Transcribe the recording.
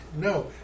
No